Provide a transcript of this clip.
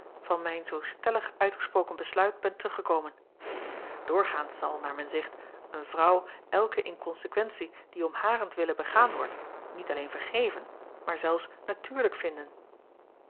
van mijn zoo stellig uitgesproken besluit ben teruggekomen oorgaans zal naar men zegt een vrouw elke inkonsequentie die om harentwille begaan wordt niet alleen vergeven maar zelfs natuurlijk vinden